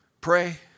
pray